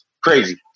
Crazy